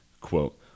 Quote